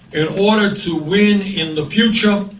in order to win in the future,